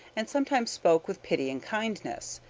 and sometimes spoke with pity and kindness.